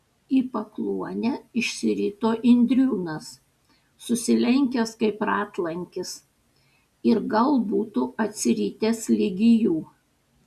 į pakluonę išsirito indriūnas susilenkęs kaip ratlankis ir gal būtų atsiritęs ligi jų